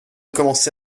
commencé